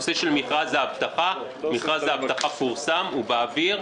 מכרז האבטחה פורסם, הוא באוויר.